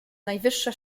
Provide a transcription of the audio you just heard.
najwyższe